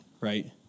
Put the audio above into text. right